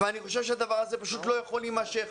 אני חושב שהדבר הזה לא יכול להימשך